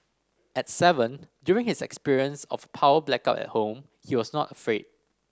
at seven during his experience of power blackout at home he was not afraid